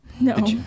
no